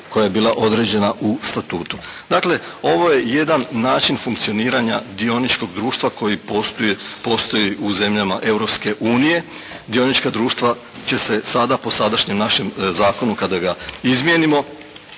koja je bila određena u statutu. Dakle ovo je jedan način funkcioniranja dioničkog društva koji postoji u zemljama Europske unije. Trgovačka društva će se sada po sadašnjem našem zakonu kada ga izmijenimo